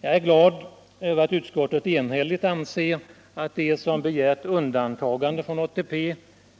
Jag är glad över att utskottet enhälligt anser att de som begärt undantagande från ATP